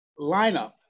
lineup